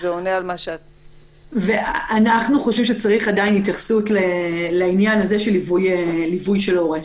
אנחנו עדיין חושבים שצריך התייחסות לעניין של ליווי של הורה.